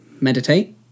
meditate